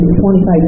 25